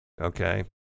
okay